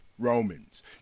Romans